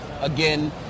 again